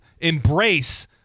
embrace